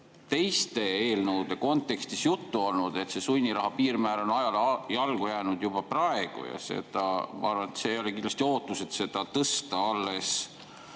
teiste eelnõude kontekstis juttu olnud, et see sunniraha piirmäär on ajale jalgu jäänud juba praegu, ja ma arvan, et kindlasti ei ole ootus, et seda tõsta alles